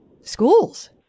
schools